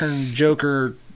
Joker